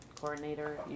coordinator